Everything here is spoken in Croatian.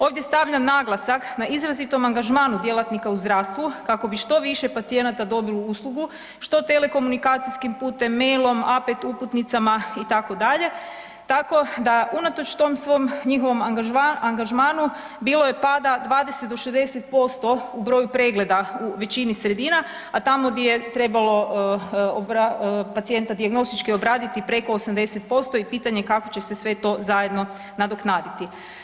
Ovdje stavljam naglasak na izrazitom angažmanu djelatnika u zdravstvu kako bi što više pacijenata dobilo uslugu što telekomunikacijskim putem, mailom, A5 uputnicama itd., tako da unatoč tom svom njihovom angažmanu bilo je pada 20 do 60% u broju pregleda u većini sredina, a tamo gdje je trebalo pacijenta dijagnostički obraditi preko 80% i pitanje kako će se sve to zajedno nadoknaditi.